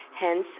Hence